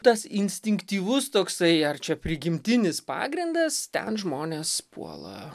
tas instinktyvus toksai ar čia prigimtinis pagrindas ten žmonės puola